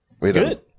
Good